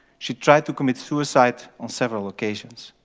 she tried to commit suicide on several occasions.